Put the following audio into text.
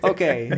Okay